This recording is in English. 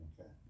Okay